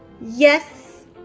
Yes